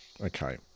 Okay